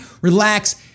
relax